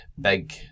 big